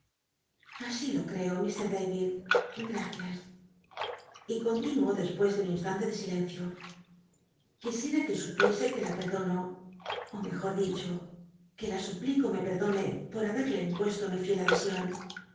asi lo creo ilr david gracias y continuó dcspucs de un instante de silencio quisiera que supiese que la perdono ó mejor dicho que la suplico me perdone por habcrla impuesto mi fiel